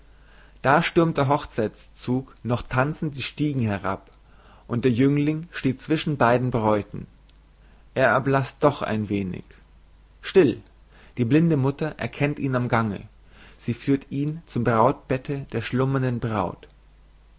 da stürmt der hochzeitszug noch tanzend die stiegen herab und der jüngling steht zwischen zwei bräuten er erblaßt doch ein wenig still die blinde mutter erkennt ihn am gange sie führt ihn zum brautbette der schlummernden braut